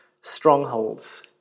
strongholds